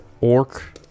orc